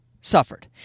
suffered